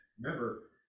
remember